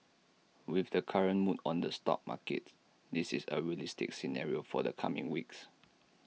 with the current mood on the stock markets this is A realistic scenario for the coming weeks